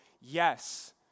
yes